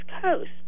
coast